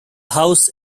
house